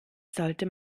sollte